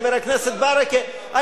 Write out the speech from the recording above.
חבר הכנסת ברכה,